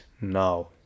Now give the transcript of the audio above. now